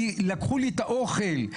לקחו לי את האוכל,